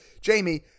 Jamie